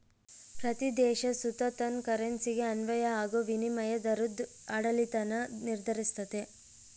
ಪ್ರತೀ ದೇಶ ಸುತ ತನ್ ಕರೆನ್ಸಿಗೆ ಅನ್ವಯ ಆಗೋ ವಿನಿಮಯ ದರುದ್ ಆಡಳಿತಾನ ನಿರ್ಧರಿಸ್ತತೆ